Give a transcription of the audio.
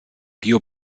bio